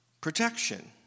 protection